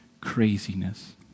craziness